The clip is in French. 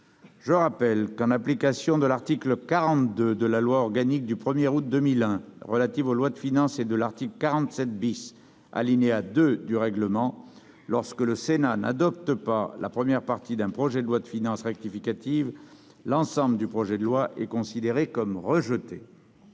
je rappelle que, en application de l'article 42 de la loi organique du 1 août 2001 relative aux lois de finances et de l'article 47 , alinéa 2, du règlement, lorsque le Sénat n'adopte pas la première partie d'un projet de loi de finances rectificative, l'ensemble du projet de loi est considéré comme rejeté.